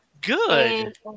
Good